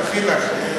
דחילק.